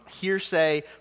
hearsay